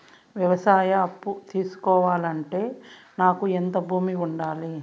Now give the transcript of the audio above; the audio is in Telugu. వ్యవసాయ అప్పు తీసుకోవాలంటే నాకు ఎంత భూమి ఉండాలి?